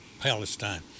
Palestine